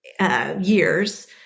Years